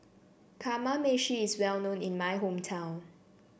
Kamameshi is well known in my hometown